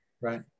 Right